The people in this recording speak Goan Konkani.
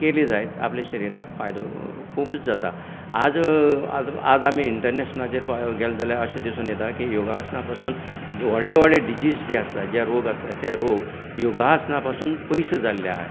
केली जायत आपल्या शरिराक फायदो खुबच जाता आज आज आज आमी इंन्टरनेशनलांचेर गेलें जाल्यार अशें दिसून येता की योगासनां पासून ज्यो व्हडले व्हडले डिसीज जे आसात जे रोग आसात ते रोग योगासनां पसून पयस जाल्ले आहात